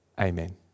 Amen